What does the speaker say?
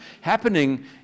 happening